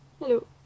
Hello